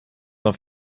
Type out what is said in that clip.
auf